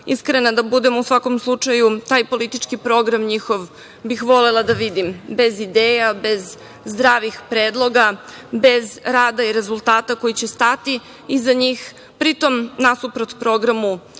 Iskrena da budem, u svakom slučaju, taj politički program njihov bih volela da vidim, bez ideja, bez zdravih predloga, bez rada i rezultata koji će stati iz njih, pri tome, nasuprot programu